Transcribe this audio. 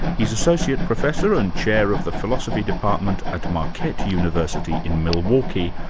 he's associate professor and chair of the philosophy department at marquette university in milwaukee,